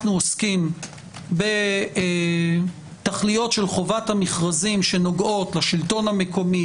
עוסקים בתכליות של חובת המכרזים שנוגעות לשלטון המקומי,